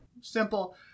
Simple